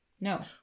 No